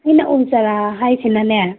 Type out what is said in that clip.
ꯑꯩꯅ ꯎ ꯆꯥꯔꯥ ꯍꯥꯏꯁꯤꯅꯅꯦ